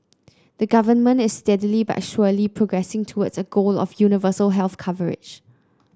the government is steadily but surely progressing towards a goal of universal health coverage